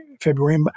February